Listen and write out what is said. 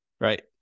right